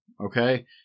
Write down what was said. Okay